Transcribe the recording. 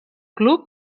club